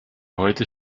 heute